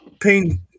pain